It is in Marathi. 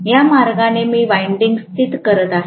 या मार्गाने मी वाईन्डिग्ज स्थित करत आहे